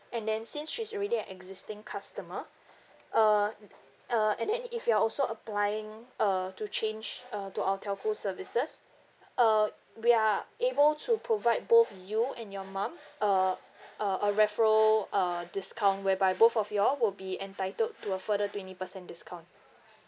and then since she's already an existing customer uh uh and then if you're also applying uh to change uh to our telco services uh we are able to provide both you and your mum uh uh a referral uh discount whereby both of you all will be entitled to a further twenty percent discount